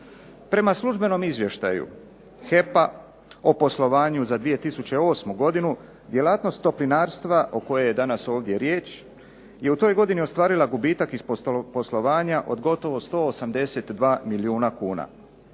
Prema službenom izvještaju HEP-a o poslovanju za 2008. godinu djelatnost toplinarstva o kojoj je danas ovdje riječ je u toj godini ostvarila gubitak iz poslovanja od gotovo 182 milijuna kuna.